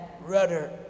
rudder